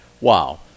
wow